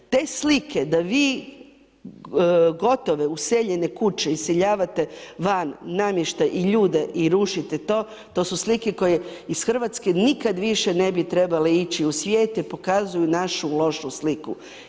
Te slike da vi gotove, useljene kuće iseljavate van, namještaj i ljude i rušite to to su slike koje iz Hrvatske nikad više ne bi trebale ići u svijet jer pokazuju našu lošu sliku.